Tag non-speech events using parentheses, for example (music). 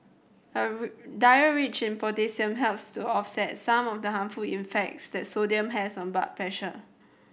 a (unintelligible) diet rich in potassium helps to offset some of the harmful effects that sodium has on blood pressure